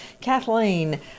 Kathleen